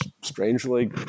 Strangely